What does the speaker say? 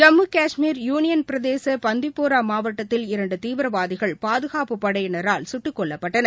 Jammu Kashmir union பிரதேச பந்திபோரா மாவட்டத்தில் இரண்டு தீவிரவாதிகள் பாதுகாப்பு படையினரால் குட்டுக்கொல்லப்பட்டனர்